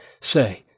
say